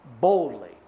boldly